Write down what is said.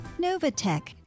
Novatech